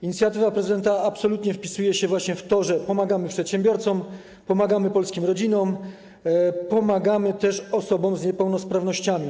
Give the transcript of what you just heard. Inicjatywa prezydenta absolutnie wpisuje się właśnie w to, że pomagamy przedsiębiorcom, pomagamy polskim rodzinom, pomagamy też osobom z niepełnosprawnościami.